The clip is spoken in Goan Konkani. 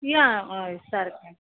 या हय सारकें